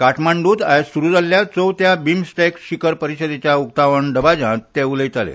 काटमाडूंत आयज सुरू जाल्या चवथ्या बिमस्टॅक शिखर परिशदेच्या उक्तावण दबाज्यात ते उलैताले